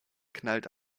knallt